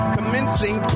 Commencing